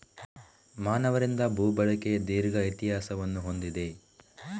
ಮಾನವರಿಂದ ಭೂ ಬಳಕೆ ದೀರ್ಘ ಇತಿಹಾಸವನ್ನು ಹೊಂದಿದೆ